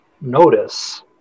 notice